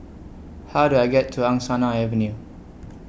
How Do I get to Angsana Avenue